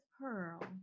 Pearl